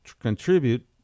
contribute